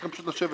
צריך פשוט לשבת